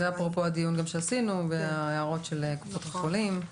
זה אפרופו הדיון שעשינו וההערות של קופות החולים.